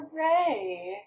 Hooray